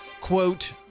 quote